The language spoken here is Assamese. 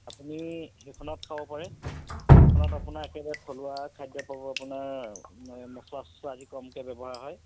আপুনি সেইখনত খাব পাৰে সেইখনত আপোনাৰ একেবাৰে থলুৱা খাদ্য পাব আপোনাৰ এই মছলা চচলা আদি কমকৈ ব্যৱহাৰ হয়